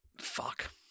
Fuck